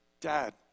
Dad